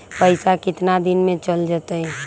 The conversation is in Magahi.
पैसा कितना दिन में चल जतई?